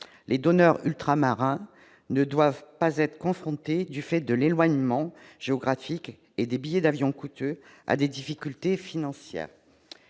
Les donneurs ultramarins ne doivent pas être confrontés, du fait de l'éloignement géographique et du coût élevé des billets d'avion, à des difficultés financières.